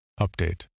Update